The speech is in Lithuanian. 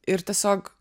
ir tiesiog